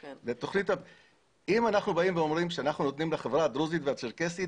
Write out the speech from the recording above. אם אנחנו נותנים לחברה הדרוזית והצ'רקסית